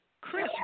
Chris